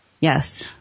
Yes